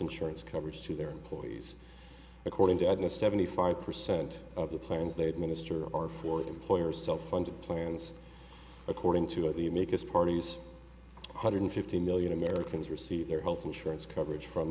insurance coverage to their employees according to ed and seventy five percent of the plans they administer are for employer self funded plans according to the makers parties one hundred fifty million americans receive their health insurance coverage from